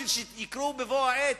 בשביל שיקראו בבוא העת,